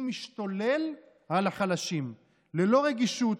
הוא משתולל על החלשים ללא רגישות,